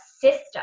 system